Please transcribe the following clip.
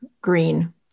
green